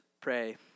pray